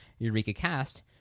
EurekaCast